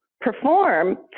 perform